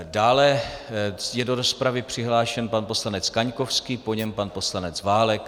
Dále je do rozpravy přihlášen pan poslanec Kaňkovský, po něm pan poslanec Válek.